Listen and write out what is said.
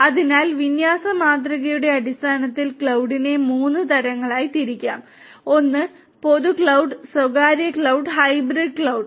അതിനാൽ വിന്യാസ മാതൃകയുടെ അടിസ്ഥാനത്തിൽ ക്ലൌഡിനെ മൂന്ന് തരങ്ങളായി തരം തിരിക്കാം ഒന്ന് പൊതു ക്ലൌഡ്